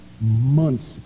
months